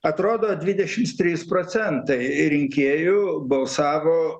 atrodo dvidešims trys procentai rinkėjų balsavo